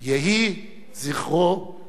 יהי זכרו ברוך.